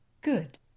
Good